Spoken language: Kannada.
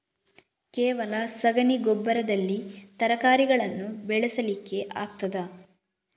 ಕೇವಲ ಸಗಣಿ ಗೊಬ್ಬರದಲ್ಲಿ ತರಕಾರಿಗಳನ್ನು ಬೆಳೆಸಲಿಕ್ಕೆ ಆಗ್ತದಾ?